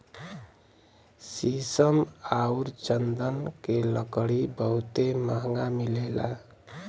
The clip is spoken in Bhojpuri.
शीशम आउर चन्दन के लकड़ी बहुते महंगा मिलेला